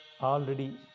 already